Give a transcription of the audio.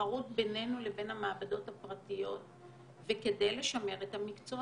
התחרות בינינו לבין המעבדות הפרטיות וכדי לשמר את המקצוע